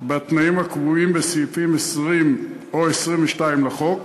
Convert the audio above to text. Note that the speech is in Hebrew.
בתנאים הקבועים בסעיפים 20 22 לחוק